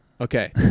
Okay